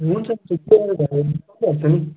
हुन्छ हुन्छ त्यही आएर भेट भए भइहाल्छ नि